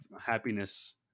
happiness